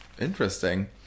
interesting